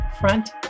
Front